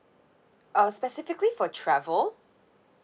oh specifically for travel